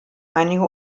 einige